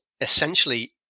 essentially